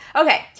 Okay